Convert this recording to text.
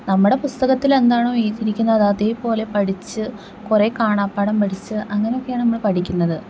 നമ്മുടെ പുസ്തകത്തിലെന്താണോ എഴുതിയിരിക്കുന്നത് അത് അതേപോലെ പഠിച്ച് കുറെ കാണാപ്പാഠം പഠിച്ച് അങ്ങനൊക്കെയാണ് നമ്മള് പഠിക്കുന്നത്